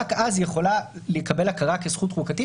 רק אז היא יכולה לקבל הכרה כזכות חוקתית